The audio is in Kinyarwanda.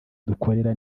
dukorera